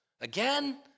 Again